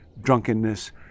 drunkenness